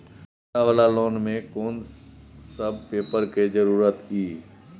मुद्रा वाला लोन म कोन सब पेपर के जरूरत इ?